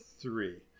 Three